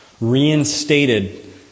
reinstated